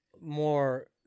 more